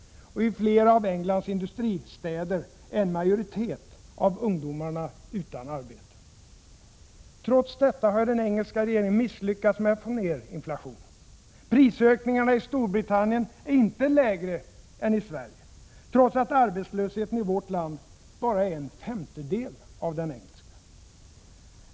I flera av Englands industristäder är en majoritet av ungdomarna utan arbete. Trots detta har den engelska regeringen misslyckats med att få ner inflationen. Prisökningarna i Storbritannien är inte lägre än i Sverige, trots att arbetslösheten i vårt land bara är en femtedel av den engelska.